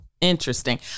Interesting